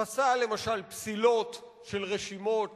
פסל למשל פסילות של רשימות